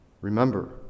Remember